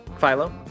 Philo